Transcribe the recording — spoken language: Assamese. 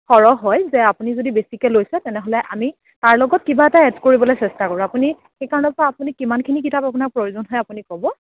সৰহ হয় যে আপুনি যদি বেছিকৈ লৈছে তেনেহ'লে আমি তাৰ লগত কিবা এটা এড কৰিবলৈ চেষ্টা কৰোঁ আপুনি সেইকাৰণেতো আপুনি কিমানখিনি কিতাপ আপোনাক প্ৰয়োজন হয় আপুনি ক'ব